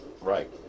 Right